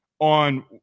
on